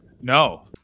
No